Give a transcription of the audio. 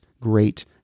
great